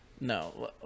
no